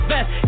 Best